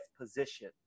position